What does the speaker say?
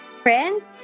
Friends